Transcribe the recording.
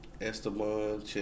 Esteban